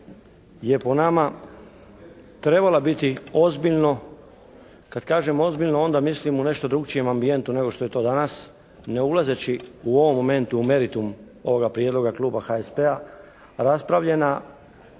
je po nama trebala biti ozbiljno, kad kažem ozbiljno onda mislim u nešto drukčijem ambijentu nego što je to danas, ne ulazeći u ovom momentu u meritum ovoga prijedloga kluba HSP-a raspravljena